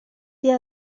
dia